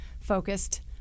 focused